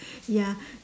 ya